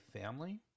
family